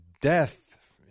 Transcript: death